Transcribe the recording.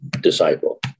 disciple